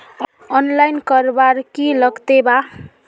Online करवार की लगते वा?